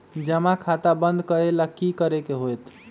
जमा खाता बंद करे ला की करे के होएत?